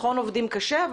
נכון עובדים קשה,